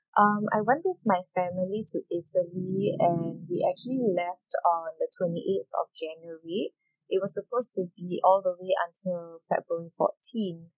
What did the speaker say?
um I went with my family to italy and we actually left on the twenty eighth of january it was supposed to be all the way until february fourteen